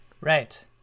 Right